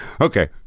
Okay